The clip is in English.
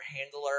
handler